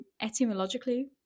etymologically